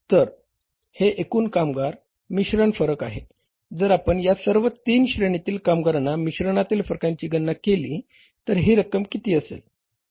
तर हे एकूण कामगार मिश्रण फरक आहे जर आपण या सर्व 3 श्रेणीतील कामगार मिश्रणातील फरकाची गणना केली तर ही रक्कम किती असेल